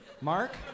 Mark